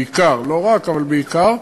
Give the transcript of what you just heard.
בעיקר, לא רק, אבל בעיקר.